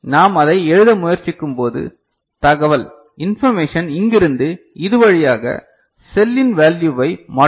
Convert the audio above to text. நாம் அதை எழுத முயற்சிக்கும்போது தகவல் இன்பர்மேஷன் இங்கிருந்து இது வழியாக செல்லின் வேல்யுவை மாற்றும்